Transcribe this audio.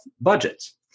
budgets